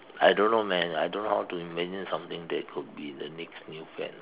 I don't know man I don't know how to imagine something that could be the next new fad